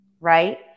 right